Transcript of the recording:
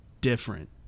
different